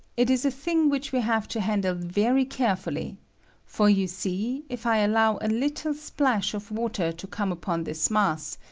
it is a thing which we have to handle very carefully for you see, if i allow a little splash of water to come upon this mass,